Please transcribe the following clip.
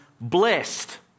blessed